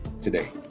today